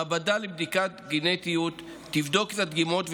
מעבדה לבדיקות גנטיות תבדוק את הדגימות,